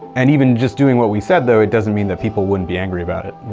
and even just doing what we said, though, it doesn't mean that people wouldn't be angry about it.